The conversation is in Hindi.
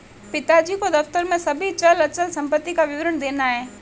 पिताजी को दफ्तर में सभी चल अचल संपत्ति का विवरण देना है